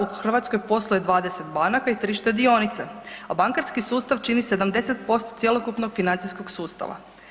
U Hrvatskoj posluje 20 banaka i tri štedionice, a bankarski sustav čini 70% cjelokupnog financijskog sustava.